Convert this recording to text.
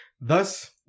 Thus